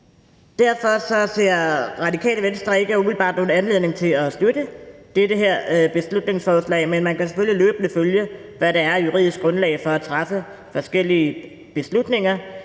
Derfor ser Radikale Venstre ikke umiddelbart nogen anledning til at støtte det her beslutningsforslag, men man kan selvfølgelig løbende følge, hvad der er af juridisk grundlag for at træffe forskellige beslutninger.